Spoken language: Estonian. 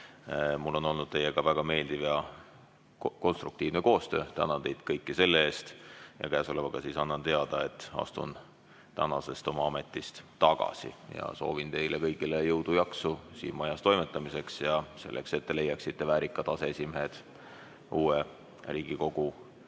Mul on olnud teiega väga meeldiv ja konstruktiivne koostöö. Tänan teid kõiki selle eest. Käesolevaga annan teada, et astun tänasest oma ametist tagasi. Soovin teile kõigile jõudu-jaksu siin majas toimetamiseks ja selleks, et te leiaksite väärikad aseesimehed selle Riigikogu